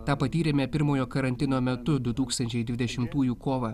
tą patyrėme pirmojo karantino metu du tūkstančiai dvidešimtųjų kovą